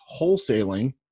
wholesaling